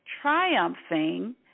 triumphing